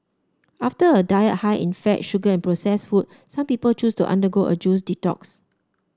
after a diet high in fat sugar and processed food some people choose to undergo a juice detox